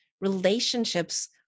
Relationships